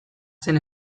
zen